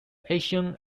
ancient